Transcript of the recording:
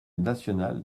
national